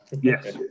yes